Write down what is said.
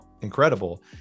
incredible